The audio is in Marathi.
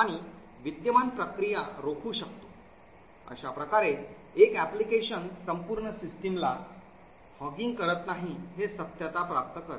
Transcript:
आणि विद्यमान प्रक्रिया रोखू शकतो अशा प्रकारे एक applications संपूर्ण सिस्टमला हॉग करत नाही हे सत्यता प्राप्त करते